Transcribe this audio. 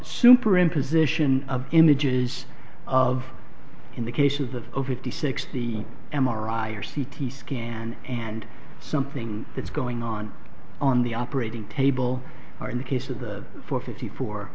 super imposition of images of indications of over fifty six the m r i or c t scan and something that's going on on the operating table or in the case of the four fifty fo